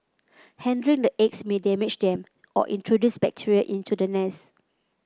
handling the eggs may damage them or introduce bacteria into the nest